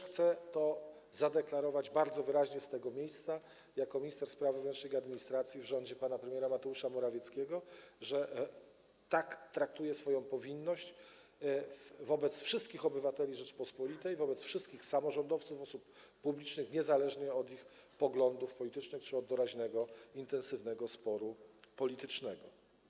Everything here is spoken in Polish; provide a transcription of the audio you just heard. Chcę bardzo wyraźnie z tego miejsca zadeklarować jako minister spraw wewnętrznych i administracji w rządzie pana premiera Mateusza Morawieckiego, że tak traktuję swoją powinność wobec wszystkich obywateli Rzeczypospolitej, wobec wszystkich samorządowców, osób publicznych, niezależnie od ich poglądów politycznych czy od doraźnego, intensywnego sporu politycznego.